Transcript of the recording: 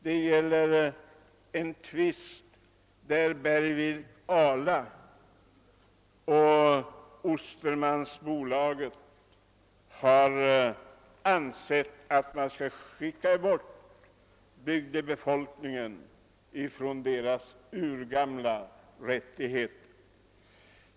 Där gäller det en tvist i vilken Bergvik och Ala samt Ostermans nekat människorna i bygden deras urgamla rättighet att fiska.